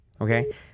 okay